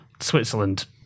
switzerland